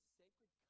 sacred